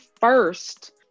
first